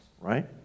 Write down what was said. right